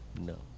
No